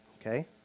Okay